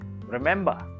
remember